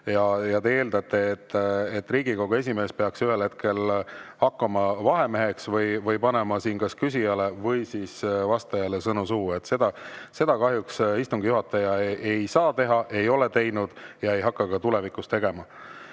ja te eeldate, et Riigikogu esimees peaks ühel hetkel hakkama vahemeheks või panema siin kas küsijale või vastajale sõnu suhu. Seda kahjuks istungi juhataja ei saa teha, ei ole teinud ja ei hakka ka tulevikus